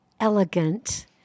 elegant